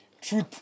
Truth